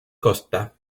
costa